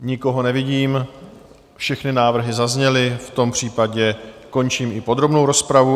Nikoho nevidím, všechny návrhy zazněly, v tom případě končím i podrobnou rozpravu.